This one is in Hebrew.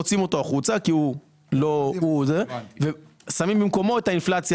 מוציאים אותו החוצה ושמים במקומו את האינפלציה